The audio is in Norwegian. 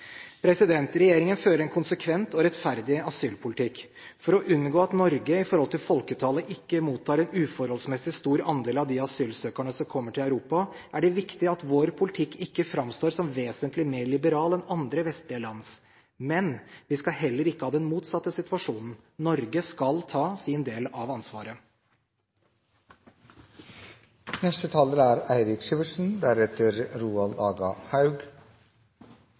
Regjeringen fører en konsekvent og rettferdig asylpolitikk. For å unngå at Norge, i forhold til folketallet, ikke mottar en uforholdsmessig stor andel av de asylsøkerne som kommer til Europa, er det viktig at vår politikk ikke framstår som vesentlig mer liberal enn andre vestlige lands politikk. Men vi skal heller ikke ha den motsatte situasjonen. Norge skal ta sin del av ansvaret. Norge er